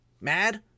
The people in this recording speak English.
mad